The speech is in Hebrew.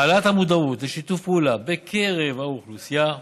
העלאת המודעות לשיתוף פעולה בקרב האוכלוסייה